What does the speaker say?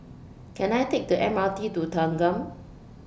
Can I Take The M R T to Thanggam